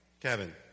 Kevin